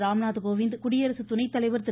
ராம்நாத் கோவிந்த் குடியரசு துணைத் தலைவர் திரு